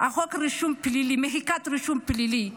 הרישום הפלילי, מחיקת רישום פלילי.